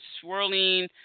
swirling